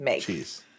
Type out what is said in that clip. cheese